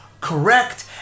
correct